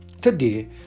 Today